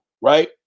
right